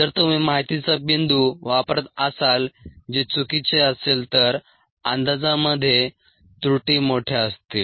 जर तुम्ही माहितीचा बिंदू वापरत असाल जे चुकीचे असेल तर अंदाजांमध्ये त्रुटी मोठ्या असतील